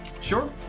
Sure